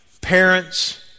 parents